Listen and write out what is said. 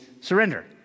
surrender